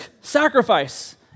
sacrifice